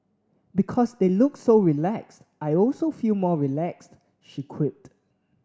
because they look so relaxed I also feel more relaxed she quipped